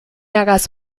hagas